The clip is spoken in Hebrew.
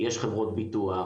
יש חברות ביטוח,